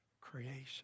creation